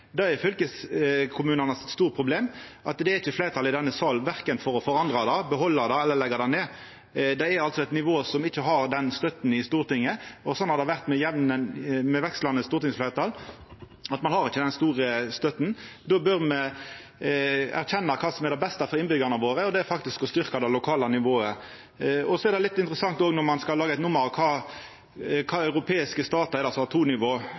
er ikkje fleirtal for å leggja ned. Det er fylkeskommunane sitt store problem, at det ikkje er fleirtal i denne salen for verken å forandra det, behalda det eller leggja det ned. Det er altså eit nivå som ikkje har støtte i Stortinget, og sånn har det vore med vekslande stortingsfleirtal, at ein ikkje har den store støtta. Då bør me erkjenna kva som er det beste for innbyggjarane våre, og det er faktisk å styrkja det lokale nivået. Det er òg litt interessant når ein skal gjera eit nummer av kva europeiske statar det er som